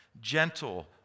gentle